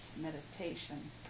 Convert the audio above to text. meditation